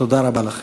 תודה רבה לכם.